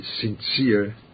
sincere